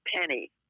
Penny